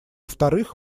вторых